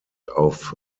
auf